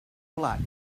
black